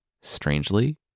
Strangely